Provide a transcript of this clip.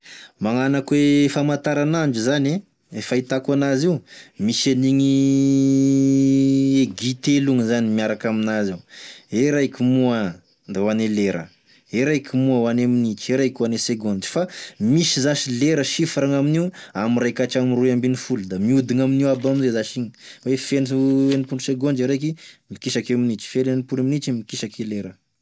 Magnano akô e famantaranandro zany, e fahitako anazy io misy an'igny aiguille telo igny zany e miaraka aminazy ao, e raiky moa da hoane lera, e raiky moa hoane minitry, e raiky hoane segôndy fa misy zasy e lera sifra gn'aminio ame ray ka hatramin'ny roa ambenifolo da miodigny amin'io aby amizay zasy igny, oe feno enimpolo segôndra e raiky mikisaky minitry, feno enimpolo minitry mikisaky lera.